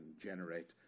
generate